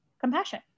compassion